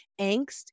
angst